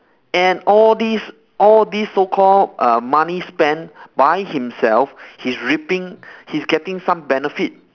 and all these all these so called uh money spent by himself he's reaping he's getting some benefit